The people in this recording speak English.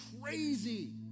crazy